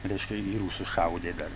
reiškia į rusus šaudė dar